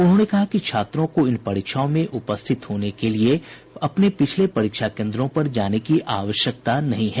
उन्होंने कहा कि छात्रों को इन परीक्षाओं में उपस्थित होने के लिए अपने पिछले परीक्षा केंद्रों पर जाने की आवश्यकता नहीं है